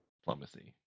diplomacy